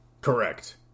Correct